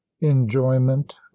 Enjoyment